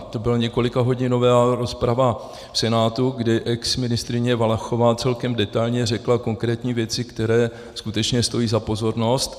Byla to několikahodinová rozprava v Senátu, kde exministryně Valachová celkem detailně řekla konkrétní věci, které skutečně stojí za pozornost.